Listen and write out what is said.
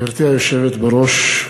גברתי היושבת-ראש,